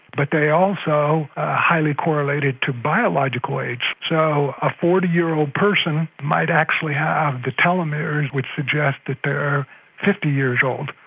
but they are also ah highly correlated to biological age. so a forty year old person might actually have the telomeres which suggest that they are fifty years old,